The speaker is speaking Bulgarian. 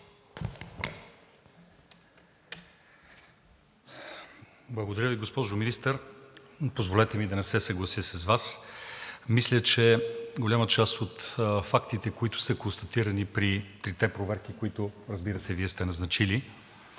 Благодаря Ви, госпожо Министър. Позволете ми да не се съглася с Вас. Мисля, че голяма част от фактите, които са констатирани при трите проверки, които, разбира се, Вие сте назначили,